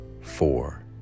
four